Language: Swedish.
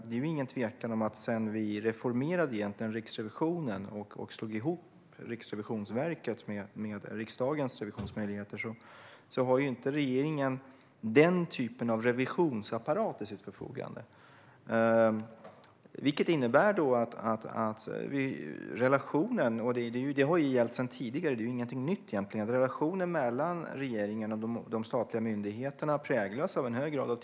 Det råder ingen tvekan om att sedan vi reformerade Riksrevisionen och slog ihop Riksrevisionsverket med riksdagens revisionsmöjligheter har regeringen inte detta slags revisionsapparat till sitt förfogande. Det innebär att relationen mellan regeringen och de statliga myndigheterna präglas av en hög grad av tillit, vilket egentligen inte är något nytt utan gällde även tidigare.